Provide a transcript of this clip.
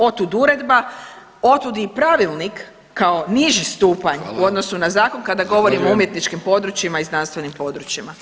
Otud uredba, otud i pravilnik kao niži stupanj [[Upadica Vidović: Hvala.]] u odnosu na zakon kada govorim [[Upadica Vidović: Zahvaljujem.]] o umjetničkim područjima i znanstvenim područjima.